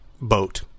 boat